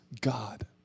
god